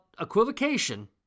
equivocation